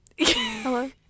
Hello